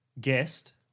guest